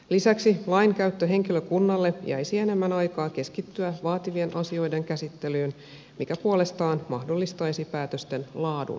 lisäksi lainkäyttöhenkilökunnalle jäisi enemmän aikaa keskittyä vaativien asioiden käsittelyyn mikä puolestaan mahdollistaisi päätösten laadun parantamisen